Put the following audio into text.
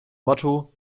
motto